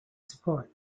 support